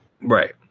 Right